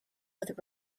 with